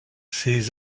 ses